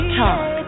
talk